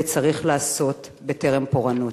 וצריך לעשות, בטרם פורענות.